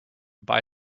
buy